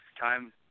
time